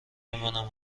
منم